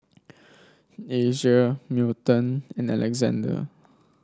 Asia Milton and Alexande